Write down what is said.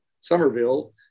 Somerville